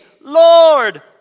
Lord